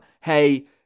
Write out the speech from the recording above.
hey